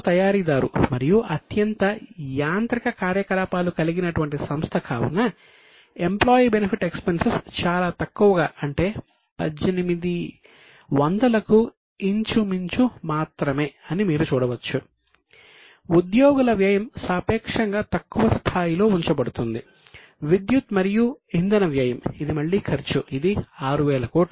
తర్వాత purchase of stock in trade వ్యయం ఇది మళ్ళీ ఖర్చు ఇది 6000 కోట్లు